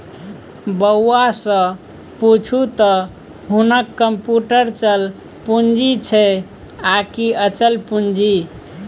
बौआ सँ पुछू त हुनक कम्युटर चल पूंजी छै आकि अचल पूंजी